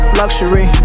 luxury